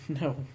No